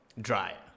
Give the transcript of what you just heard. Dry